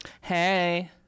Hey